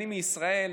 אני מישראל.